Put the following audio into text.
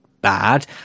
bad